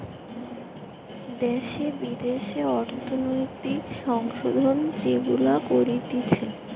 দ্যাশে বিদ্যাশে অর্থনৈতিক সংশোধন যেগুলা করতিছে